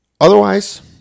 otherwise